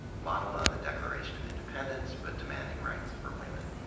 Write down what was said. modeled on the declaration of independence but demanding rights for women.